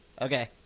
Okay